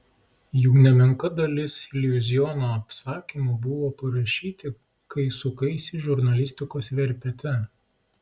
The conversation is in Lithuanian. juk nemenka dalis iliuziono apsakymų buvo parašyti kai sukaisi žurnalistikos verpete